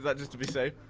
but just to be safe?